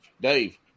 Dave